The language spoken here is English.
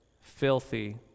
filthy